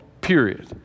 Period